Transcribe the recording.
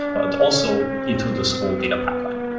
but also into this whole data pipeline,